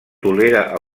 tolera